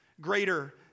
greater